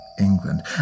England